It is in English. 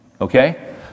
Okay